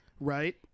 Right